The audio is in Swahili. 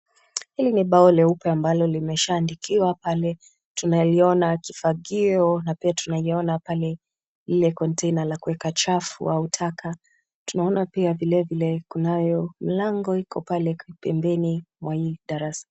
Hili ni bao leupe ambalo limeshaandikiwa pale tunaliona kifagio na pia tunaiona pale lile kontena la kuweka chafu au taka. Tunaona pia vilevile kunayo mlango iko pale pembeni mwa hii darasa.